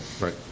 Right